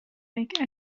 make